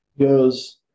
goes